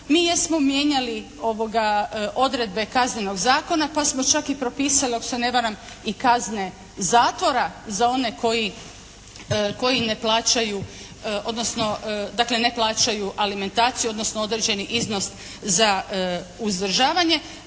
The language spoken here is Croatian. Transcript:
Mi jesmo mijenjali odredbe Kaznenog zakona, pa smo čak i propisali ako se ne varam i kazne zatvora za one koji ne plaćaju, odnosno dakle ne plaćaju alimentaciju, odnosno određeni iznos za uzdržavanje.